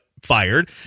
fired